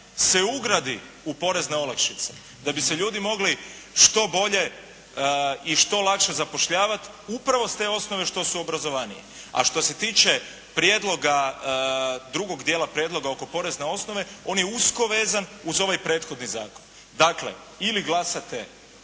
se ugradi u porezne olakšice da bi se ljudi mogli što bolje i što lakše zapošljavati upravo s te osnove što su obrazovaniji. A što se tiče prijedloga, drugog dijela prijedloga oko porezne osnove on je usko vezan uz ovaj prethodni zakon. Dakle, ili glasate